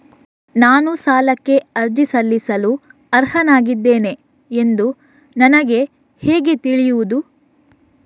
ನಾನು ಸಾಲಕ್ಕೆ ಅರ್ಜಿ ಸಲ್ಲಿಸಲು ಅರ್ಹನಾಗಿದ್ದೇನೆ ಎಂದು ನನಗೆ ಹೇಗೆ ತಿಳಿಯುದು?